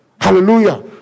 Hallelujah